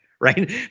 Right